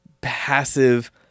passive